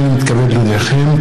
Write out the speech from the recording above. הינני מתכבד להודיעכם,